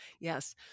yes